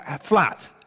flat